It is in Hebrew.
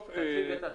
תציג את עצמך.